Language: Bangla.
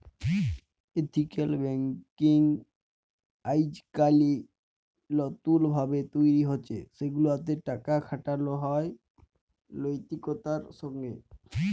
এথিক্যাল ব্যাংকিং আইজকাইল লতুল ভাবে তৈরি হছে সেগুলাতে টাকা খাটালো হয় লৈতিকতার সঙ্গে